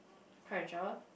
cry in the shower